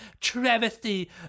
travesty